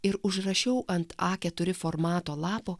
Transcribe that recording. ir užrašiau ant a keturi formato lapo